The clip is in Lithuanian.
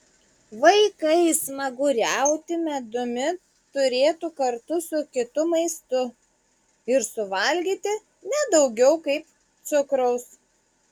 vaikai smaguriauti medumi turėtų kartu su kitu maistu ir suvalgyti ne daugiau kaip cukraus